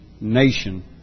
nation